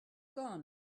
gone